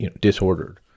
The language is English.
disordered